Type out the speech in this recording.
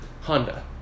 Honda